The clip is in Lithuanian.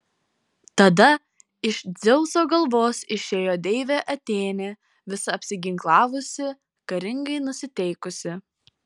tada iš dzeuso galvos išėjo deivė atėnė visa apsiginklavusi karingai nusiteikusi